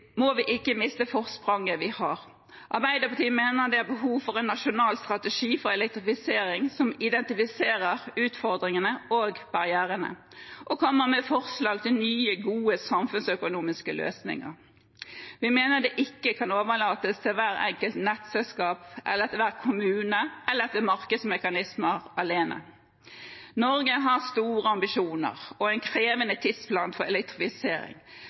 ikke miste forspranget vi har. Arbeiderpartiet mener det er behov for en nasjonal strategi for elektrifisering som identifiserer utfordringene og barrierene og kommer med forslag til nye, gode, samfunnsøkonomiske løsninger. Vi mener det ikke kan overlates til hvert enkelt nettselskap, til hver kommune eller til markedsmekanismer alene. Norge har store ambisjoner og en krevende tidsplan for elektrifisering.